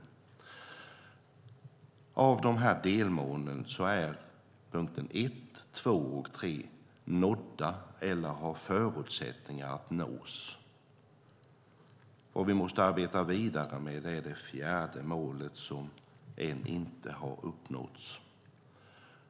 Av dessa delmål är de tre första nådda eller har förutsättningar att nås. Det fjärde har inte uppnåtts så det måste vi arbeta vidare med.